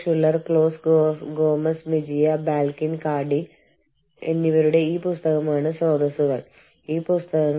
കൂടാതെ Gomez Mejia Balkin Cardy Gomez Mejia Balkin and Cardy എന്നിവരുടെ പുസ്തകം